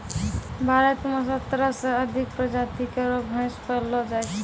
भारत म सत्रह सें अधिक प्रजाति केरो भैंस पैलो जाय छै